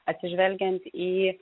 atsižvelgiant į